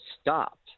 stopped